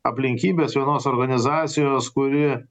aplinkybės vienos organizacijos kuri